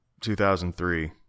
2003